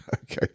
Okay